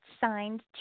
signed